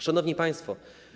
Szanowni Państwo!